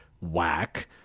whack